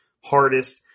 hardest